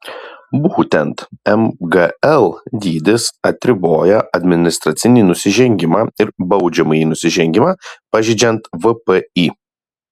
būtent mgl dydis atriboja administracinį nusižengimą ir baudžiamąjį nusižengimą pažeidžiant vpį